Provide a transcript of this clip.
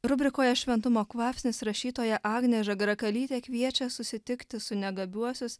rubrikoje šventumo kvapsnis rašytoja agnė žagrakalytė kviečia susitikti su negabiuosius